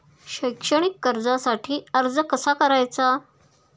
शैक्षणिक कर्जासाठी अर्ज कसा करायचा?